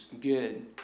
good